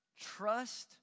trust